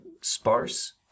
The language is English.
sparse